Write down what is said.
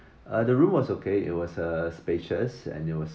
uh the room was okay it was uh spacious and it was